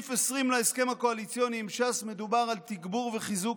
בסעיף 20 להסכם הקואליציוני עם ש"ס מדובר על תגבור וחיזוק